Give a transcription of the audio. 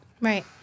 Right